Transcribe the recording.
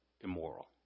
immoral